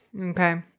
Okay